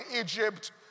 Egypt